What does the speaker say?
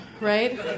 right